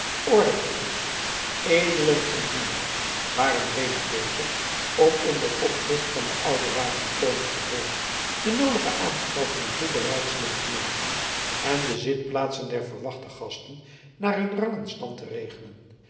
ordebroeders edelen en dienaars waren reeds bezig om onder opzicht van den ouden wapenkoning van holland de noodige aanstalten en toebereidselen te maken en de zitplaatsen der te verwachten gasten naar hun rang en stand te regelen